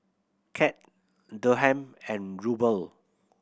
CAD Dirham and Ruble